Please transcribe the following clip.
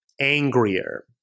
angrier